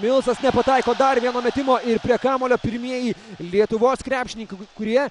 milsas nepataiko dar vieno metimo ir prie kamuolio pirmieji lietuvos krepšininkai kurie